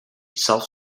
self